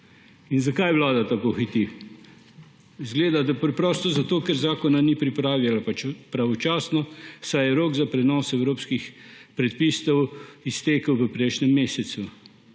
Zakaj Vlada tako hiti? Zgleda, da preprosto zato, ker zakona ni pripravila pravočasno, saj se je rok za prenos evropskih predpisov iztekel v prejšnjem mesecu.